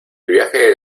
viaje